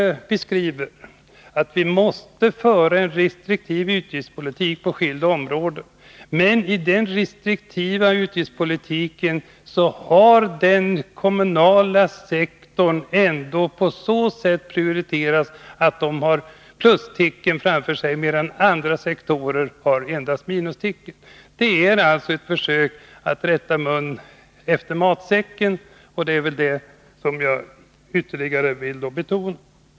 Det visar att vi måste föra en restriktiv utgiftspolitik på skilda områden. Men i den restriktiva utgiftspolitiken har den kommunala sektorn ändå på så sätt prioriterats att den har plustecken framför sig medan andra sektorer endast har minustecken. Det är alltså ytterligare ett försök att rätta mun efter matsäcken, och det vill jag ytterligare betona.